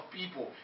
people